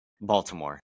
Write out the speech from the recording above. Baltimore